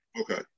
Okay